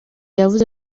yavuze